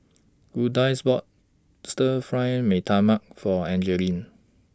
Lourdes bought Stir Fry Mee Tai Mak For Angelique